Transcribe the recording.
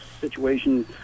situation